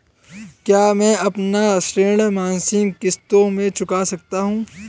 क्या मैं अपना ऋण मासिक किश्तों में चुका सकता हूँ?